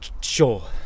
Sure